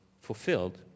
fulfilled